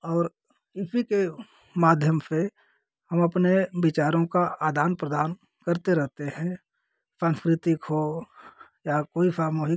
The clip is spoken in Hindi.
और इसी के माध्यम से हम अपने विचारों का आदान प्रदान करते रहते हैं साँस्कृतिक हो या कोई सामूहिक